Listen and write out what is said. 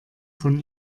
von